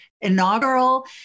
inaugural